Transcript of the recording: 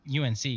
UNC